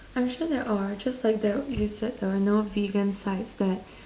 I'm sure there are just like that you said there are no vegan sites that